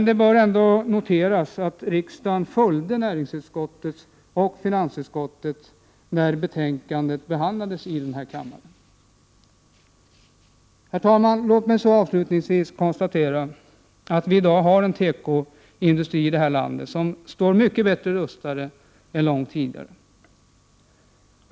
Det bör ändå noteras att riksdagen följde näringsutskottet och finansutskottet när betänkandet behandlades i denna kammare. Herr talman, låt mig avslutningsvis konstatera att vi i dag har en tekoindustri i detta land som står mycket bättre rustad än tidigare.